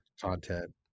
content